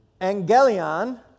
Angelion